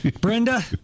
Brenda